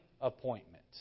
appointment